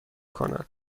کند